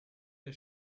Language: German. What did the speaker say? der